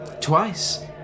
Twice